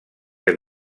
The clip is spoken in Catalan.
que